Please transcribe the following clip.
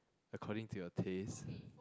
according to your taste